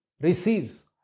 receives